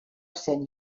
cent